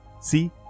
See